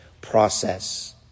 process